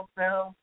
now